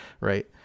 right